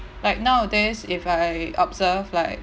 like nowadays if I observe like